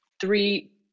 Three